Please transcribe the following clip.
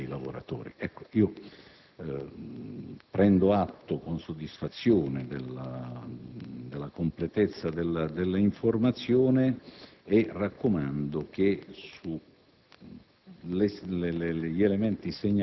secrezioni mucose dei lavoratori. Prendo atto, con soddisfazione, della completezza dell'informazione e auspico che sugli